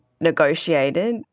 negotiated